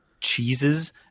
cheeses